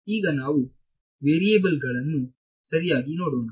ಈಗ ನಾವು ಮೆಟೀರಿಯಲ್ಗಳನ್ನು ಸರಿಯಾಗಿ ನೋಡೋಣ